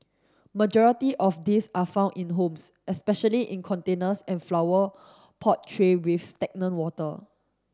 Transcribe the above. majority of these are found in the homes especially in containers and flower pot tray with stagnant water